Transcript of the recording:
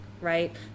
Right